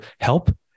help